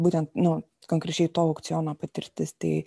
būtent nu konkrečiai to aukciono patirtis tai